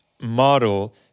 model